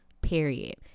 period